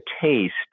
taste